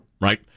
right